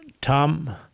Tom